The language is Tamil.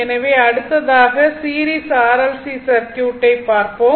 எனவே அடுத்ததாக சீரிஸ் RLC சர்க்யூட்டை பார்ப்போம்